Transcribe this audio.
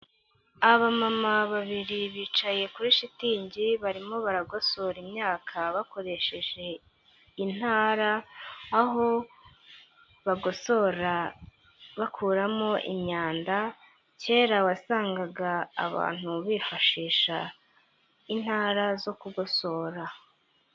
Abamama babiri bicaye kuri shitingi, barimo baragosora imyaka bakoresheje intara, aho bagosora bakuramo imyanda, kera wasangaga abantu bifashisha intara zo kugosora.